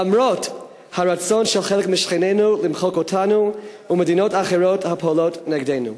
למרות הרצון של חלק משכנינו למחוק אותנו ומדינות אחרות הפועלות נגדנו.